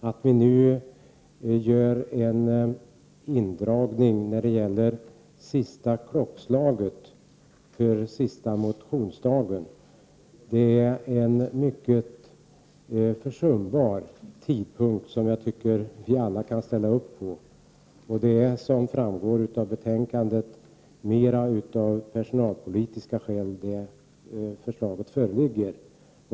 Att vi nu gör en indragning när det gäller det senaste klockslaget för inlämnande av motioner under sista motionsdagen är mycket försumbart. Den tidpunkt som föreslås tycker jag att vi alla kan acceptera. Som framgår av betänkandet är det mer av personalpolitiska skäl som förslaget föreligger.